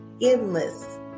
endless